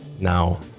Now